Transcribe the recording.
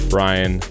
Brian